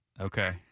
okay